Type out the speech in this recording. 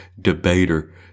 debater